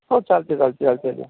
हो चालते चालते